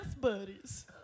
buddies